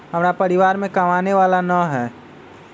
हमरा परिवार में कमाने वाला ना है?